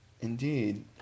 Indeed